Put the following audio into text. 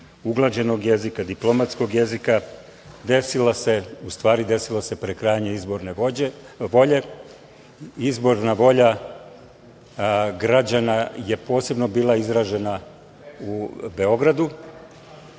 uglađenog jezika, diplomatskog jezika, desilo se prekrajanje izborne volje. Izborna volja građana je posebno bila izražena u Beogradu,